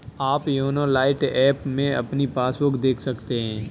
आप YONO Lite app में अपनी पासबुक देख सकते हैं